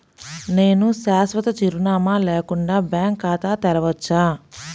నేను శాశ్వత చిరునామా లేకుండా బ్యాంక్ ఖాతా తెరవచ్చా?